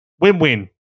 Win-win